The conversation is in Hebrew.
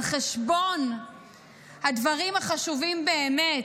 על חשבון הדברים החשובים באמת,